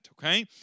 okay